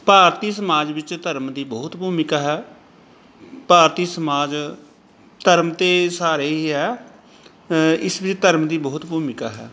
ਭਾਰਤੀ ਸਮਾਜ ਵਿੱਚ ਧਰਮ ਦੀ ਬਹੁਤ ਭੂਮਿਕਾ ਹੈ ਭਾਰਤੀ ਸਮਾਜ ਧਰਮ ਦੇ ਸਹਾਰੇ ਹੀ ਹੈ ਇਸ ਵਿੱਚ ਧਰਮ ਦੀ ਬਹੁਤ ਭੂਮਿਕਾ ਹੈ